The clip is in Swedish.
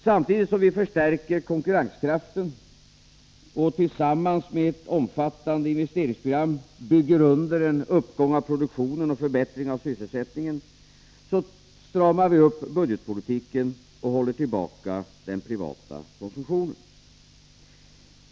Samtidigt som vi förstärker konkurrenskraften och tillsammans med ett omfattande investeringsprogram bygger under en uppgång av produktionen och en förbättring av sysselsättningen, stramar vi upp budgetpolitiken och håller tillbaka den privata konsumtionen.